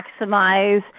maximize